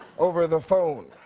over the phone.